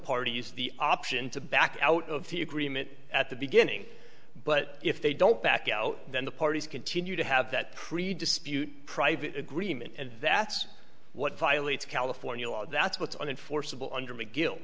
use the option to back out of the agreement at the beginning but if they don't back out then the parties continue to have that creed dispute private agreement and that's what violates california law that's what's unenforceable under mcgill